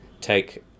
take